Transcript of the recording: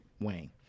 Wayne